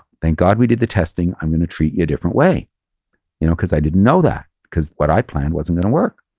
and god we did the testing. i'm going to treat you a different way you know because i didn't know that. because what i planned wasn't going to work.